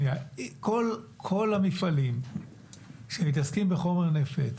כל המפעלים שמתעסקים בחומר נפץ,